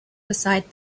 beside